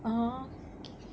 (uh huh)